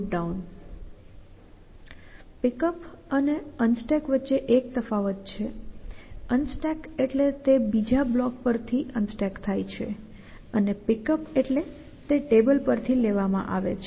PickUp અને Unstack વચ્ચે એક તફાવત છે Unstack એટલે તે બીજા બ્લોક પર થી અનસ્ટેક થાય છે અને PickUp એટલે તે ટેબલ પર થી લેવામાં આવે છે